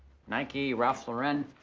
nike, ralph lauren.